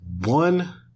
one